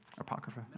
Apocrypha